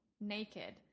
naked